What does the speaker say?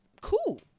cool